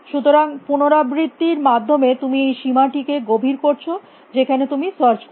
সুতরাং পুনরাবৃত্তির মাধ্যমে তুমি এই সীমা টিকে গভীর করছ যেখানে তুমি সার্চ করবে